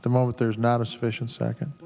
at the moment there's not a sufficient second